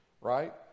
right